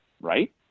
Right